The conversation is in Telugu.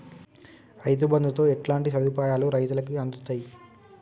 రైతు బంధుతో ఎట్లాంటి సదుపాయాలు రైతులకి అందుతయి?